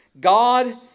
God